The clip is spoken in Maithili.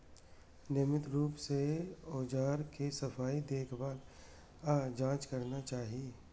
नियमित रूप सं औजारक सफाई, देखभाल आ जांच करना चाही